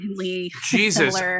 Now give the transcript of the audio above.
Jesus